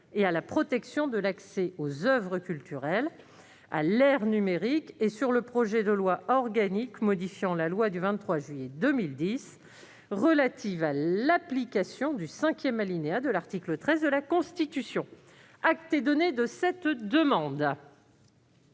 et à la protection de l'accès aux oeuvres culturelles à l'ère numérique et sur le projet de loi organique modifiant la loi du 23 juillet 2010 relative à l'application du cinquième alinéa de l'article 13 de la Constitution. Acte est donné de cette demande.